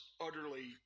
utterly